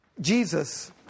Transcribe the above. Jesus